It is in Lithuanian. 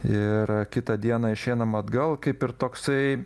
ir kitą dieną išeinam atgal kaip ir toksai